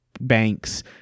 banks